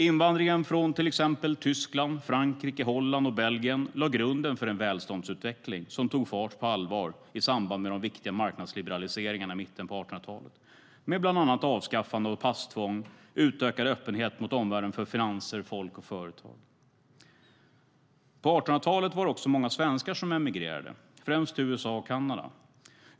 Invandringen från till exempel Tyskland, Frankrike, Holland och Belgien lade grunden för den välståndsutveckling som tog fart på allvar i samband med de viktiga marknadsliberaliseringarna i mitten av 1800-talet, med bland annat avskaffande av passtvång och utökad öppenhet mot omvärlden för finanser, folk och företag. På 1800-talet var det också många svenskar som emigrerade, främst till USA och Kanada.